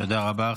תודה רבה.